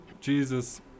Jesus